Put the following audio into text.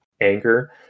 anchor